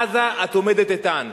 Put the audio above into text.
עזה, את עומדת איתן".